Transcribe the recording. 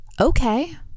okay